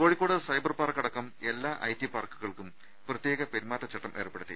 Kozhikode cyber park അടക്കം എല്ലാ IT പാർക്കുകൾക്കും പ്രത്യേക പെരുമാറ്റച്ചട്ടം ഏർപ്പെടു ത്തി